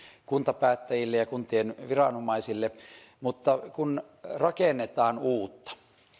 kuntapäättäjille ja kuntien viranomaisille kun rakennetaan uutta